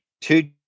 two